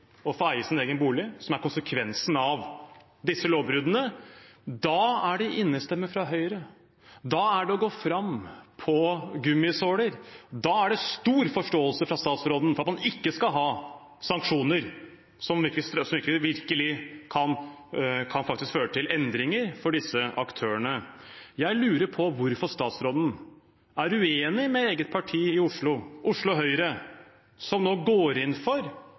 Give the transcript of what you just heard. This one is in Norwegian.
å få eie sin egen bolig, som er konsekvensen av disse lovbruddene. Da er det innestemme fra Høyre. Da er det å gå fram på gummisåler. Da er det stor forståelse fra statsråden for at man ikke skal ha sanksjoner som virkelig kan føre til endringer for disse aktørene. Jeg lurer på hvorfor statsråden er uenig med eget parti i Oslo, Oslo Høyre, som nå går inn for